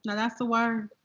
that's the word.